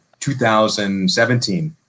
2017